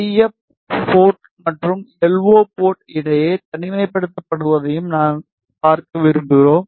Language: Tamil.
ஐஎப் போர்ட் மற்றும் எல்ஓ போர்ட் இடையே தனிமைப்படுத்தப்படுவதையும் பார்க்க விரும்புகிறோம்